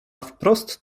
wprost